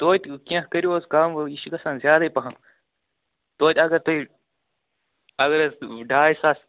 تویتہِ کیٚنٛہہ کٔرِو حظ کَم وۄنی یہِ چھِ گژھان زیادَے پَہَم تویتہِ اگر تُہۍ اَگر حظ ڈاے ساس